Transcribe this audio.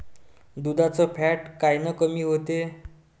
दुधाचं फॅट कायनं कमी होते?